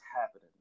happening